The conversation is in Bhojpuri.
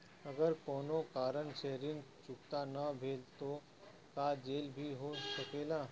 अगर कौनो कारण से ऋण चुकता न भेल तो का जेल भी हो सकेला?